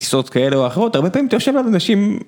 טיסות כאלה או אחרות, הרבה פעמים אתה יושב ליד אנשים...